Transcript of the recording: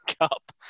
Cup